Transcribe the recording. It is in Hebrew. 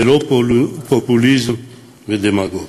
ללא פופוליזם ודמגוגיה,